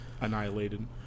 annihilated